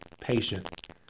patient